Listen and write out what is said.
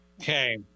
Okay